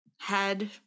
head